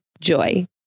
Joy